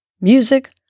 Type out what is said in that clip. music